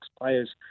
players